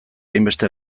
hainbeste